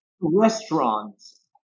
Restaurants